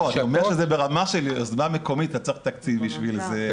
אני אומר שזה ברמה של יוזמה מקומית ואתה צריך תקציב בשביל זה.